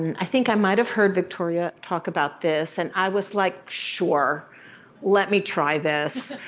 i think i might've heard victoria talk about this, and i was like sure let me try this.